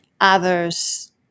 others